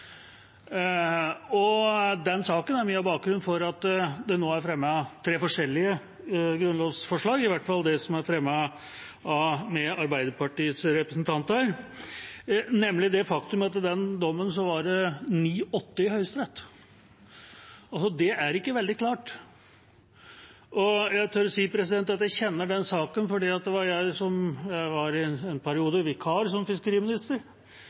Den saken er mye av bakgrunnen for at det nå er fremmet tre forskjellige grunnlovsforslag, i hvert fall det som er fremmet av Arbeiderpartiets representanter, nemlig det faktum at det i dommen var ni mot åtte i Høyesterett. Det er ikke veldig klart. Jeg tør si at jeg kjenner den saken, for jeg var i en periode vikar som fiskeriminister, da Helga Pedersen hadde fødselspermisjon, og fikk anledning til å være den statsråden som